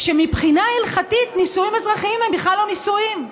שמבחינה הלכתית נישואים אזרחיים הם בכלל לא נישואים.